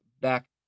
back